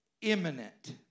imminent